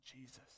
Jesus